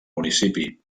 municipi